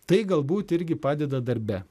tai galbūt irgi padeda darbe